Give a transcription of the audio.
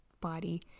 body